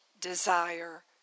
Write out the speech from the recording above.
desire